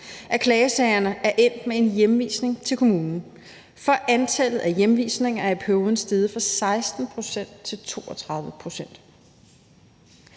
at klagesagerne er endt med en hjemvisning til kommunen. Antallet af hjemvisninger er i perioden steget fra 16 pct. til 32